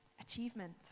achievement